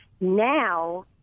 Now